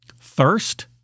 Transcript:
Thirst